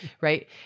Right